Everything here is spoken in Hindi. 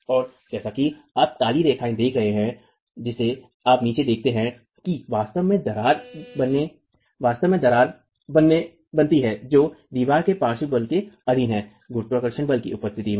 और जैसा कि आप काली रेखाएँ देख सकते हैं जिसे आप नीचे देखते हैं कि वास्तव में दरारें बनती हैं जो दीवार के पार्श्व बल के अधीन हैं गुरुत्वाकर्षण बल की उपस्थिति में